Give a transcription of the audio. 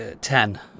Ten